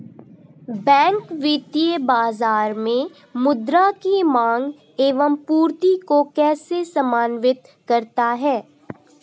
Bank वित्तीय बाजार में मुद्रा की माँग एवं पूर्ति को कैसे समन्वित करता है?